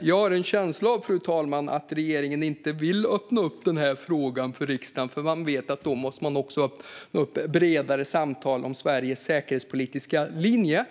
Jag har en känsla av, fru talman, att regeringen inte vill öppna upp den här frågan för riksdagen för att man vet att man då också måste öppna upp för bredare samtal om Sveriges säkerhetspolitiska linje.